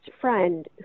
friend